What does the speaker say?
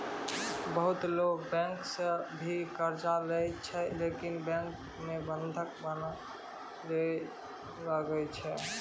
बहुते लोगै बैंको सं भी कर्जा लेय छै लेकिन बैंको मे बंधक बनया ले लागै छै